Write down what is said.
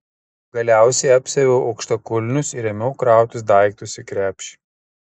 galiausiai apsiaviau aukštakulnius ir ėmiau krautis daiktus į krepšį